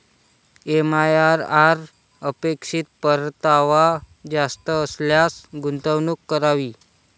MIRR अपेक्षित परतावा जास्त असल्यास गुंतवणूक करावी